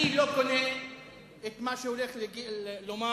אני לא קונה את מה שהולך לומר